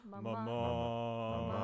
mama